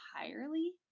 entirely